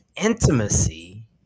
intimacy